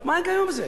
מה ההיגיון בזה?